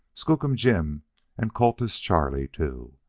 skookum jim and cultus charlie, too.